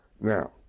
Now